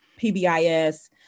PBIS